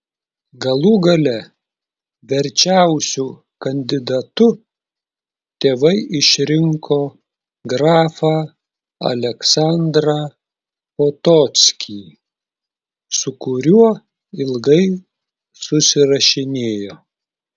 galų gale verčiausiu kandidatu tėvai išrinko grafą aleksandrą potockį su kuriuo ilgai susirašinėjo